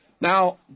Now